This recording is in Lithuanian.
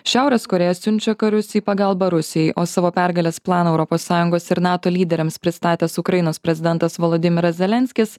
šiaurės korėja siunčia karius į pagalbą rusijai o savo pergalės planą europos sąjungos ir nato lyderiams pristatęs ukrainos prezidentas voladimiras zelenskis